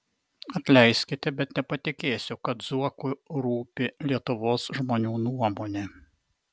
atleiskite bet nepatikėsiu kad zuoku rūpi lietuvos žmonių nuomonė